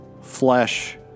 flesh